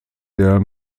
der